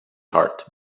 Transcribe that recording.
heart